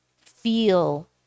feel